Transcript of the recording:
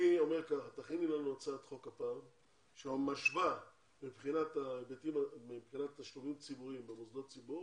תכיני לנו הצעת חוק שמשווה מבחינת תשלומים במוסדות ציבור